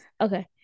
Okay